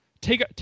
take